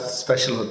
special